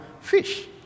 fish